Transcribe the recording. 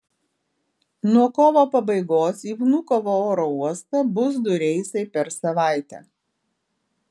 nuo kovo pabaigos į vnukovo oro uostą bus du reisai per savaitę